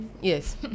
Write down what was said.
Yes